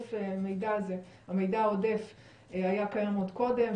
המידע העודף היה קיים עוד קודם,